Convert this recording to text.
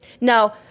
Now